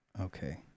Okay